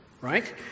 right